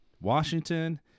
Washington